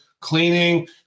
cleaning